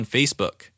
Facebook